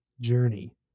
Journey